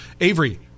Avery